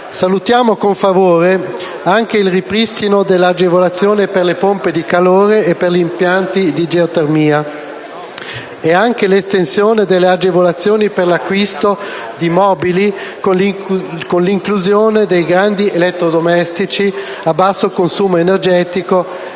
Salutiamo con favore anche il ripristino dell'agevolazione per le pompe di calore e per gli impianti di geotermia e l'estensione delle agevolazioni per l'acquisto di mobili, con l'inclusione dei grandi elettrodomestici a basso consumo energetico,